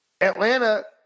Atlanta